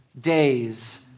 day's